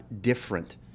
different